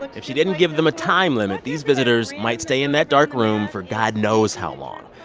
if she didn't give them a time limit, these visitors might stay in that dark room for god knows how long,